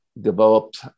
developed